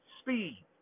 Speed